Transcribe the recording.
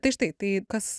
tai štai tai kas